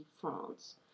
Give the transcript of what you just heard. France